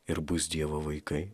ir bus dievo vaikai